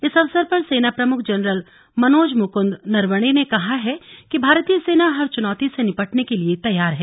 इस अवसर पर सेना प्रमुख जनरल मनोज मुकुंद नरवणे ने कहा है कि भारतीय सेना हर चुनौती से निपटने के लिए तैयार है